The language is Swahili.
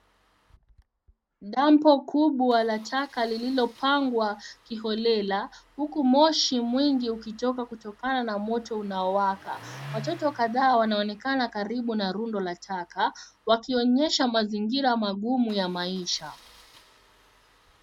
Damp kubwa la taka lililopangwa kiholela huku moshi mwingi ukitoka kutokana na moto unaowaka. Watoto kadhaa wanaonekana karibu na rundo la taka wakionyesha mazingira magumu ya maisha.